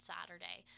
Saturday